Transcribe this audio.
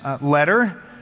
letter